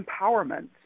empowerment